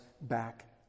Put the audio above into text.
back